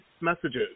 messages